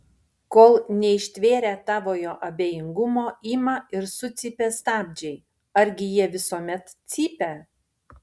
kol neištvėrę tavojo abejingumo ima ir sucypia stabdžiai argi jie visuomet cypia